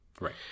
Right